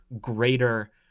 greater